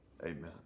amen